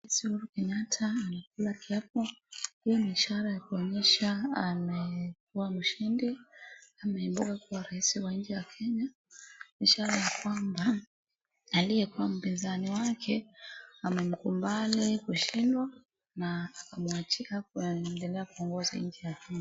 Rais Uhuru Kenyatta anakula kiapo. Hii ni ishara ya kuonyesha amekuwa mshindi ameibuka kuwa rais wa nchi ya Kenya ishara ya kwamba aliyekuwa mpinzani wake amemkubali kushidwa na amuachia kuendelea kuongoza nchi ya Kenya.